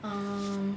um